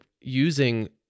using